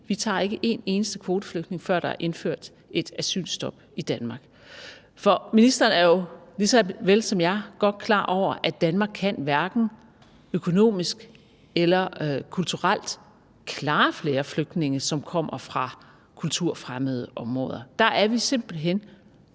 Vi tager ikke en eneste kvoteflygtning, før der er indført et asylstop i Danmark. For ministeren er jo lige så vel som jeg godt klar over, at Danmark hverken økonomisk eller kulturelt kan klare flere flygtninge, som kommer fra kulturfremmede områder. Der er vi simpelt hen